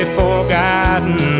forgotten